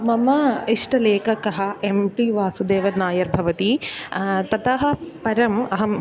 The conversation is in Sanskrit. मम इष्टलेखकः एम् पि वासुदेवन् नायर् भवति ततः परम् अहं